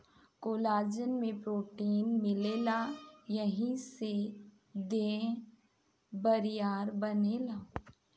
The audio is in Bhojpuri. कोलाजन में प्रोटीन मिलेला एही से देह बरियार बनेला